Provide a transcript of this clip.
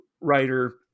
writer